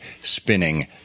spinning